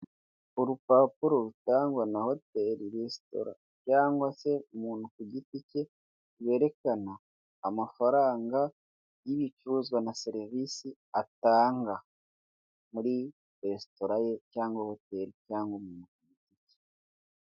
Urupapuro rutangwa na hoteri, resitora cyangwa se umuntu ku giti ke rwerekana amafaranga y'ibicuruzwa na serivise atanga muri resitora ye cyangwa hoteri cyangwa umuntu ku giti ke.